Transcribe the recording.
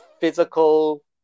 physical